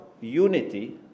unity